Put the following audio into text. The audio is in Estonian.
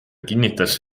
kinnitas